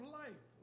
life